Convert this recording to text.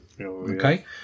Okay